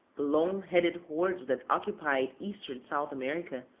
the long-headed hordes that occupied eastern south america,